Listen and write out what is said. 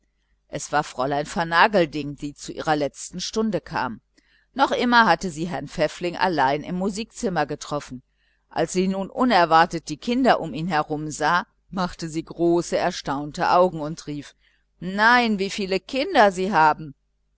es war fräulein vernagelding die zu ihrer letzten stunde kam noch immer hatte sie herrn pfäffling allein im musikzimmer getroffen als sie nun unerwartet die kinder um ihn herum sah machte sie große erstaunte augen und rief nein wie viele kinder sie haben